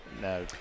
No